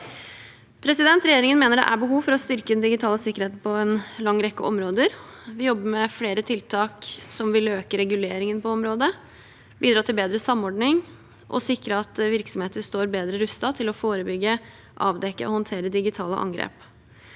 arbeidet. Regjeringen mener det er behov for å styrke den digitale sikkerheten på en lang rekke områder. Vi jobber med flere tiltak som vil øke reguleringen på området, bidra til bedre samordning og sikre at virksomheter står bedre rustet til å forebygge, avdekke og håndtere digitale angrep.